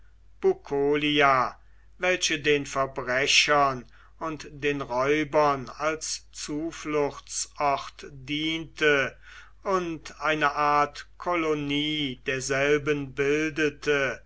welche den verbrechern und den räubern als zufluchtsort diente und eine art kolonie derselben bildete